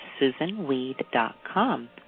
SusanWeed.com